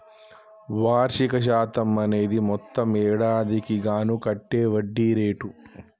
వార్షిక శాతం అనేది మొత్తం ఏడాదికి గాను కట్టే వడ్డీ రేటు